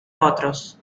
otros